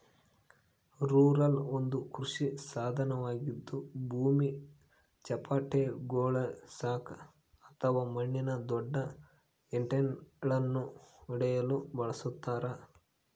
roller ಒಂದು ಕೃಷಿ ಸಾಧನವಾಗಿದ್ದು ಭೂಮಿ ಚಪ್ಪಟೆಗೊಳಿಸಾಕ ಅಥವಾ ಮಣ್ಣಿನ ದೊಡ್ಡ ಹೆಂಟೆಳನ್ನು ಒಡೆಯಲು ಬಳಸತಾರ